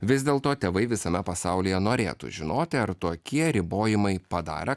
vis dėlto tėvai visame pasaulyje norėtų žinoti ar tokie ribojimai padara